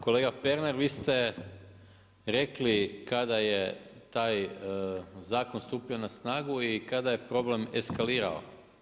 Kolega Pernar, vi ste rekli, kada je taj zakon stupio na snagu i kada je problem eskalirao.